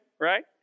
right